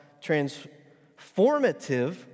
transformative